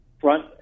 front